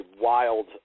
wild